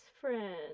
friend